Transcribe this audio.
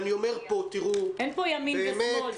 אין פה ימין ושמאל.